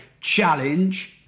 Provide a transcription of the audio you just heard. challenge